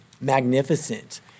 magnificent